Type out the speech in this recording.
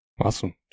Awesome